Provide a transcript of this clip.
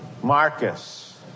Marcus